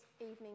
evening